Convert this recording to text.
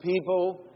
People